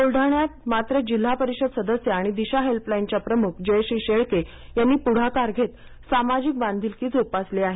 बूलडाण्यात मात्र जिल्हापरिषद सदस्या आणि दिशा हेल्पलाईनच्या प्रमुख जयश्री शेळके यांनी पुढाकार घेत सामाजिक बांधिलकी जोपासली आहे